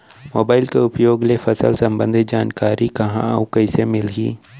Mobile के उपयोग ले फसल सम्बन्धी जानकारी कहाँ अऊ कइसे मिलही?